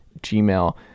Gmail